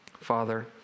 Father